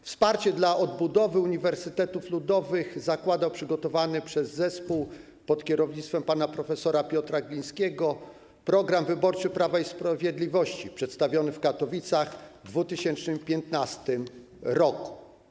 Wsparcie dla odbudowy uniwersytetów ludowych zakładał przygotowany przez zespół pod kierownictwem pana prof. Piotra Glińskiego program wyborczy Prawa i Sprawiedliwości przedstawiony w Katowicach w 2015 r.